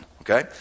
okay